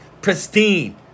pristine